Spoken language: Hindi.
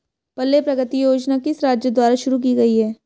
पल्ले प्रगति योजना किस राज्य द्वारा शुरू की गई है?